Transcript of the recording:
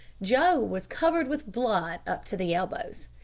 joe was covered with blood up to the elbows.